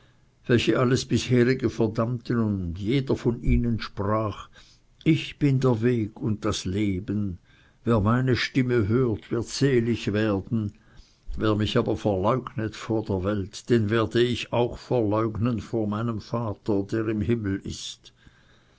verdammten das bisherige und jeder von ihnen sprach ich bin der weg und das leben wer meine stimme höret wird selig werden wer mich aber verleugnet vor der welt den werde ich auch verleugnen vor meinem vater der im himmel ist